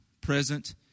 present